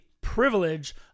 privilege